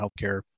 healthcare